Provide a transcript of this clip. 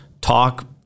Talk